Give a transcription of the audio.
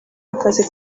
akazi